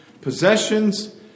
possessions